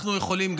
אנחנו יכולים,